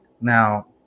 Now